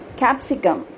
capsicum